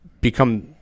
become